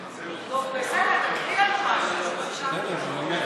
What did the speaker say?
טוב, בסדר, תקריא לנו משהו, שלא נשתעמם.